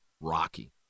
Rocky